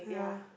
yeah